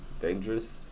Dangerous